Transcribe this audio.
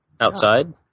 outside